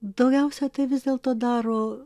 daugiausia tai vis dėlto daro